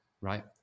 Right